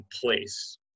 place